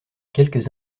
quelques